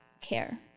care